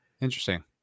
interesting